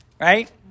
right